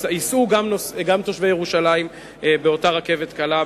ייסעו גם תושבי ירושלים באותה רכבת קלה,